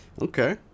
Okay